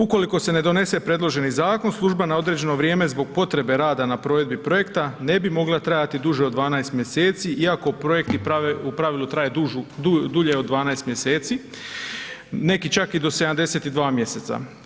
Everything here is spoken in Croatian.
Ukoliko se ne donese predloženi zakon služba na određeno vrijeme zbog potrebe rada na provedbi projekta ne bi mogla trajati duže od 12 mjeseci iako projekti u pravilu traju dulje od 12 mjeseci, neki čak i do 72 mjeseca.